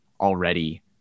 already